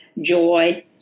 joy